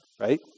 Right